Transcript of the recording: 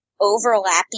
overlapping